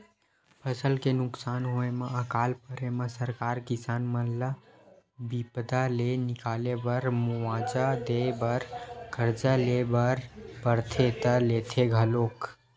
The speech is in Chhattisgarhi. फसल के नुकसान होय म अकाल परे म सरकार किसान मन ल बिपदा ले निकाले बर मुवाजा देय बर करजा ले बर परथे त लेथे घलोक